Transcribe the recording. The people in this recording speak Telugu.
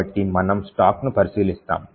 కాబట్టి మనము స్టాక్ను పరిశీలిస్తాము